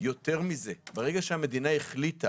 יותר מזה, ברגע שהמדינה החליטה